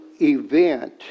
event